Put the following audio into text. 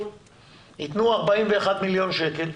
יתנו 41 מיליון שקל,